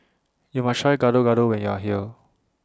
YOU must Try Gado Gado when YOU Are here